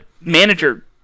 manager